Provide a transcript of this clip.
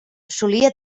solia